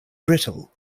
brittle